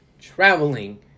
traveling